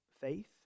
faith